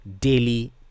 daily